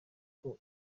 uko